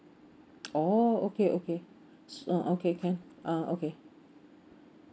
oh okay okay uh okay can uh okay